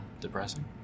Depressing